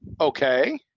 okay